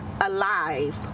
alive